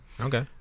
Okay